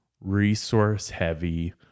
resource-heavy